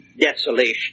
desolation